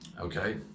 Okay